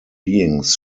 beings